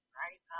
right